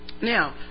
Now